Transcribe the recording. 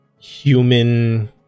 Human